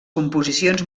composicions